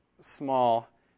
small